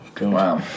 Wow